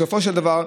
אבל בסופו של דבר,